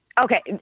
okay